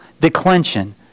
declension